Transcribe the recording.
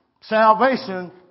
Salvation